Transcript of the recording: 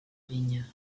vinya